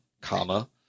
comma